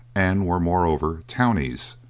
and were, moreover, townies,